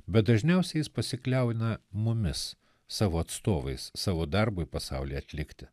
bet dažniausiai jis pasikliauna mumis savo atstovais savo darbui pasaulyje atlikti